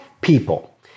people